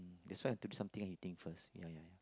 that's why I do something meeting first ya ya